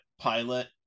pilot